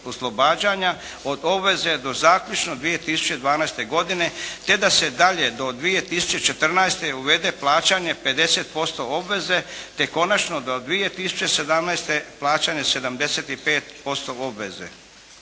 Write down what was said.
od obveze do zaključno 2012. godine, te da se dalje do 2014. uvede plaćanje 50% obveze, te konačno do 2017. plaćanje 75% obveze.